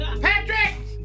Patrick